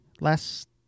last